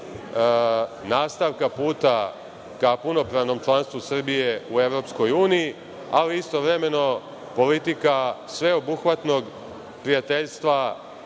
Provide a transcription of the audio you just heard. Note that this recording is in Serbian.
nastavka puta ka punopravnom članstvu Srbije u EU, ali istovremeno politika sveobuhvatnog prijateljstva,